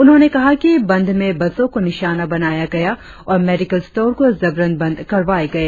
उन्होंने कहा कि बंद में बसो को निशाना बनाया गया और मेडिकल स्टोर को जबरन बंद करवाये गए